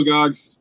Gogs